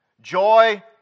Joy